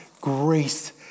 grace